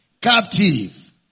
captive